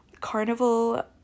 carnival